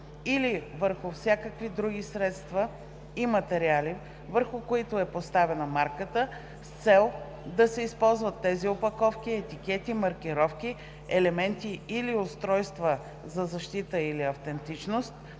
или върху всякакви други средства и материали, върху които е поставена марката, с цел да се използват тези опаковки, етикети, маркировки, елементи или устройства за защита или автентичност,